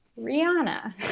Rihanna